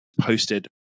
posted